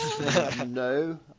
no